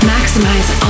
Maximize